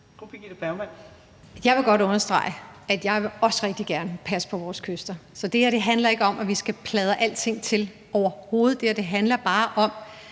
Birgitte Bergman (KF): Jeg vil godt understrege, at jeg også rigtig gerne vil passe på vores kyster. Så det her handler overhovedet ikke om, at vi skal plastre alting til, men det her handler bare om